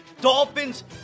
Dolphins